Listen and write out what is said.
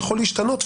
יכול להשתנות,